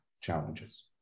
challenges